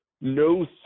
no